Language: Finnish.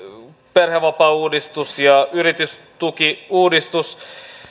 perhevapaauudistus ja yritystukiuudistus